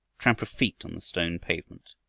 tramp of feet on the stone pavement.